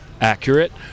accurate